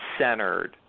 centered